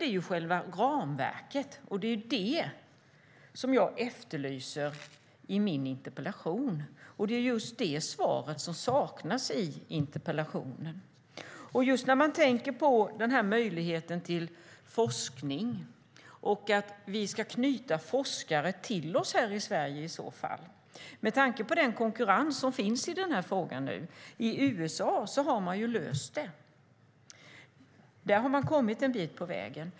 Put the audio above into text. Det är själva ramverket som jag efterlyser i min interpellation, och det är just det svaret som saknas. Med tanke på möjligheten till forskning, och att vi i så fall ska knyta forskare till oss här i Sverige, måste vi beakta den konkurrens som finns på det här området. I USA har man löst det och kommit en bit på vägen.